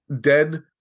dead